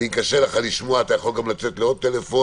ואם קשה לך לשמוע, אתה יכול גם לצאת לעוד טלפון.